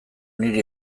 niri